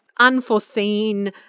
Unforeseen